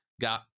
got